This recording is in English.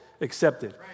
accepted